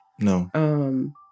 No